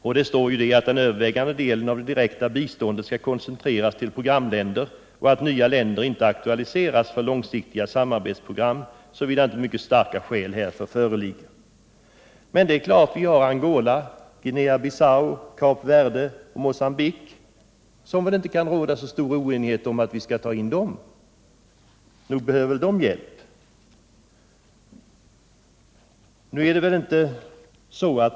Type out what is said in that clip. Där står att den övervägande delen av det direkta biståndet skall koncentreras till programländer och att nya länder inte aktualiseras för långsiktiga samarbetsprogram såvida inte mycket starka skäl härför föreligger. Det kan inte råda så stor oenighet om att vi skall ta in Angola, Guinea-Bissau, Kap Verde och Mocambique — nog behöver de hjälp.